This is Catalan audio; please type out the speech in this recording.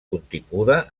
continguda